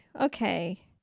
okay